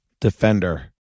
Defender